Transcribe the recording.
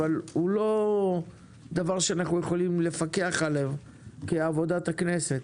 אבל הוא לא דבר שאנחנו יכולים לפקח עליו בעבודת הכנסת.